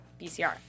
BCR